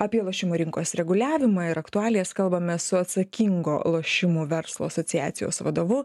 apie lošimų rinkos reguliavimą ir aktualijas kalbamės su atsakingo lošimų verslo asociacijos vadovu